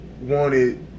wanted